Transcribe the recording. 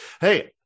hey